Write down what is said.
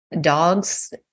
dogs